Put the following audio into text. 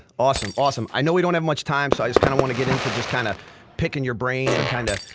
awesome, awesome. i know we don't have much time, so i just kind of wanna get into just kind of picking your brain and kind of